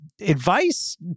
advice